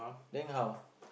then how